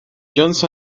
jones